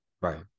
right